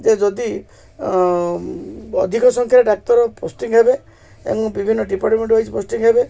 ଯେ ଯଦି ଅଧିକ ସଂଖ୍ୟାରେ ଡାକ୍ତର ପୋଷ୍ଟିଂ ହେବେ ଏବଂ ବିଭିନ୍ନ ଡିପାର୍ଟମେଣ୍ଟ ୱାଇଜ ପୋଷ୍ଟିଂ ହେବେ